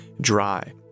dry